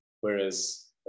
whereas